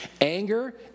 Anger